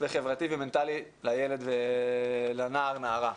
וחברתי ומנטלי לילד ולנער ונערה.